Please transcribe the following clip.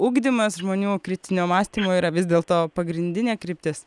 ugdymas žmonių kritinio mąstymo yra vis dėlto pagrindinė kryptis